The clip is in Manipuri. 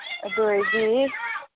ꯑꯗꯨ ꯑꯣꯏꯔꯗꯤ